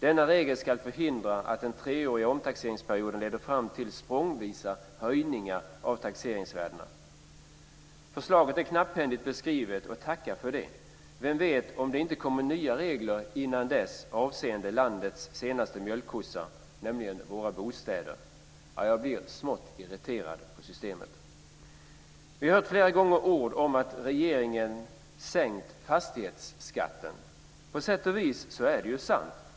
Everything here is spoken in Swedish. Denna regel ska förhindra att den treåriga omtaxeringsperioden leder fram till språngvisa höjningar av taxeringsvärdena. Förslaget är knapphändigt beskrivet, och tacka för det. Vem vet om det inte kommer nya regler innan dess avseende landets senaste skattemjölkkossa, nämligen våra bostäder. Jag blir smått irriterad på systemet. Vi har flera gånger hört ord om att regeringen sänkt fastighetsskatten. På sätt och vis är det sant.